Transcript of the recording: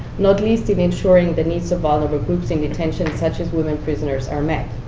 not least in ensuring the needs of vulnerable groups in detention, such as women prisoners, are met.